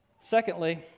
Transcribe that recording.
Secondly